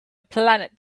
planet